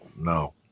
No